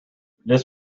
this